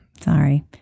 Sorry